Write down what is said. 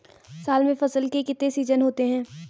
साल में फसल के कितने सीजन होते हैं?